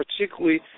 particularly